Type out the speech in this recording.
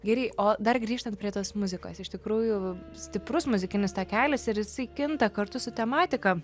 gerai o dar grįžtant prie tos muzikos iš tikrųjų stiprus muzikinis takelis ir jisai kinta kartu su tematika